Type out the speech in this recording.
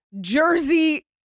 Jersey